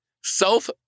self